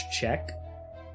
check